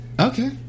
Okay